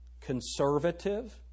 conservative